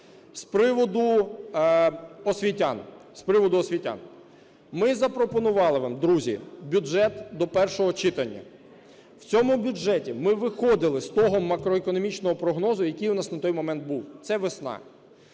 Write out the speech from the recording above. з приводу освітян. Ми запропонували вам друзі бюджет до першого читання. В цьому бюджеті ми виходили з того макроекономічного прогнозу, який у нас на той момент був, – це весна.